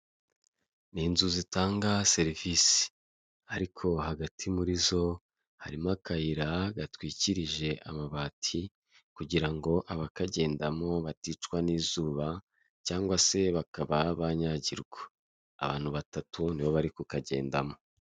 Ni inzu zitanga serivisi ariko hagati muri zo harimo akayira gatwikirije amabati kugira ngo abakagendamo baticwa n'izuba cyangwa se bakaba banyagirwa, abantu batatu nibo bari kukagendamo.